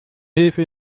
hilfe